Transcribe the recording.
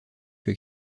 que